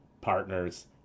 partners